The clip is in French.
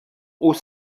aux